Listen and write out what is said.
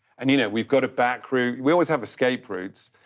and you know, we've got a back route. we always have escape routes,